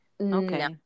Okay